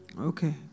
Okay